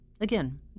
Again